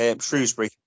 Shrewsbury